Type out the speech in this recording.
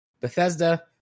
Bethesda